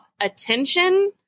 attention